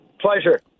Pleasure